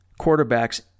quarterbacks